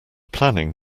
planning